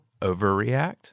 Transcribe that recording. overreact